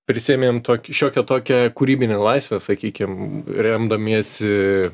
prisiėmėm šiokią tokią kūrybinę laisvę sakykim remdamiesi